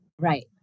Right